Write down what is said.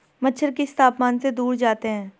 मच्छर किस तापमान से दूर जाते हैं?